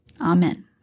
Amen